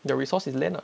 their resource is land ah